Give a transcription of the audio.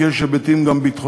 כי יש גם היבטים ביטחוניים.